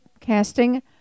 casting